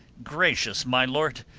gracious my lord,